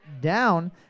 down